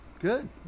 good